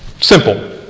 simple